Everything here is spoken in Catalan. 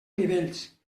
nivells